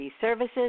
Services